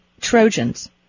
trojans